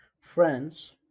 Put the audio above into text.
friends